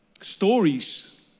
stories